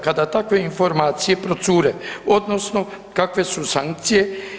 Kada takve informacije procure odnosno kakve su sankcije?